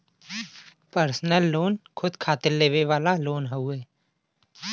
personal loan खुद खातिर लेवे वाला लोन हउवे